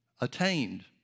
attained